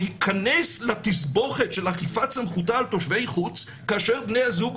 להגיד שלא יהיה ניתן לפרש שאפשר גם בהסכמה לדון בכל העניינים